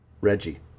Reggie